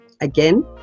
Again